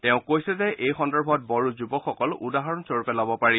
তেওঁ কৈছে যে এই সন্দৰ্ভত বড়ো যূৱকসকলক উদাহৰণ স্বৰূপে ল'ব পাৰি